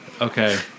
Okay